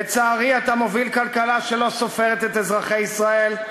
לצערי, אתה מוביל כלכלה שלא סופרת את אזרחי ישראל.